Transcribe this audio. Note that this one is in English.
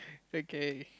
okay